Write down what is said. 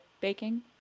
baking